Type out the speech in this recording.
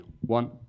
One